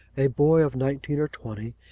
a boy of nineteen or twenty,